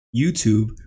YouTube